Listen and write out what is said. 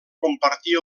compartir